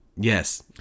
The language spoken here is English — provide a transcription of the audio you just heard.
Yes